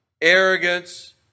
arrogance